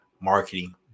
Marketing